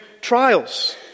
trials